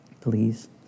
Please